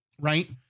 Right